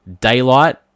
daylight